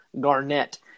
Garnett